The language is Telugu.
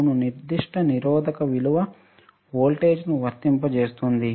అవును నిర్దిష్ట నిరోధక విలువ వోల్టేజ్ను వర్తింపజేస్తుంది